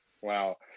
Wow